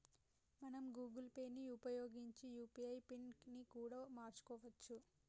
మనం Google Pay ని ఉపయోగించి యూ.పీ.ఐ పిన్ ని కూడా మార్చుకోవచ్చు